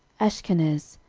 ashchenaz,